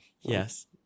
Yes